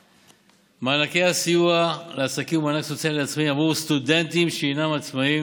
מענקי סיוע לעסקים ומענק סוציאלי לעצמאים עבור סטודנטים שהינם עצמאים.